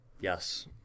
yes